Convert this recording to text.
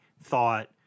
thought